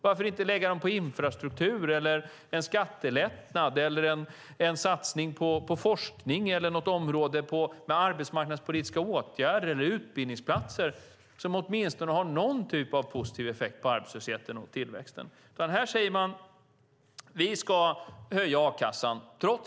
Varför inte lägga dem på infrastruktur, skattelättnad, satsning på forskning, arbetsmarknadspolitiska åtgärder eller utbildningsplatser som har åtminstone någon positiv effekt på arbetslösheten och tillväxten? Nu säger man: Vi ska höja a-kassan.